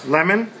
Lemon